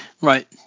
right